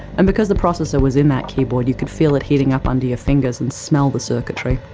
and because the processor was in that keyboard, you could feel it heating up under your fingers and smell the circuitry.